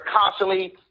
constantly